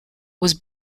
was